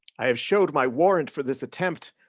i have showed my warrant for this attempt.